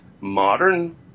modern